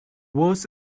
was